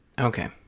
Okay